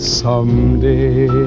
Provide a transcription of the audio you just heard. someday